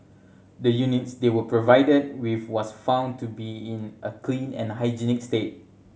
the units they were provided with was found to be in a clean and hygienic state